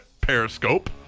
Periscope